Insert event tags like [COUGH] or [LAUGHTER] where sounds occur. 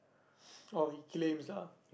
[NOISE] oh he claims ah